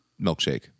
milkshake